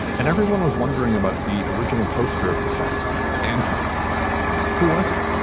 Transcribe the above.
and everyone was wondering about the original poster of the song anton who was he.